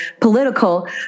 political